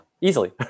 easily